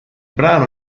brano